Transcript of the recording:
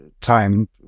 time